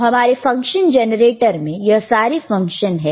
तो हमारे function generator में यह सारे फंक्शन हैं